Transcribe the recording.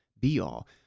be-all